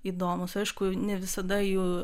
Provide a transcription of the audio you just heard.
įdomūs aišku ne visada jų